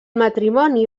matrimoni